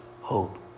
hope